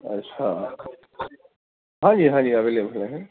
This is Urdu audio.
اچھا ہاں جی ہاں جی اویلیبل ہے